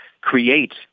create